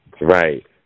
Right